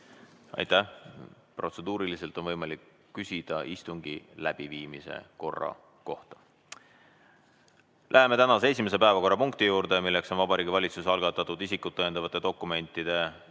Aitäh! Protseduuriliselt on võimalik küsida istungi läbiviimise korra kohta. Läheme tänase esimese päevakorrapunkti juurde, milleks on Vabariigi Valitsuse algatatud isikut tõendavate dokumentide seaduse